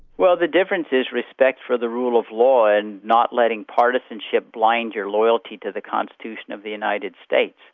well the difference is respect for the rule of law and not letting partisanship blind your loyalty to the constitution of the united states.